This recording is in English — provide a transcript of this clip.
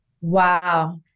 Wow